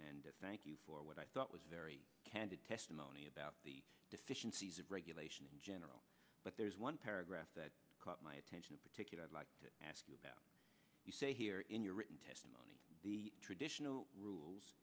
and thank you for what i thought was very candid testimony about the deficiencies of regulation in general but there is one paragraph that caught my attention a particular i'd like to ask you about you say here in your written testimony the traditional rules